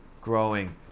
Growing